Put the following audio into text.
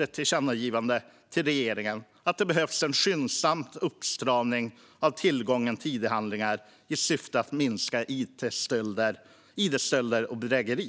ett tillkännagivande till regeringen att det behövs en skyndsam uppstramning av tillgången till id-handlingar i syfte att minska id-stölder och bedrägerier.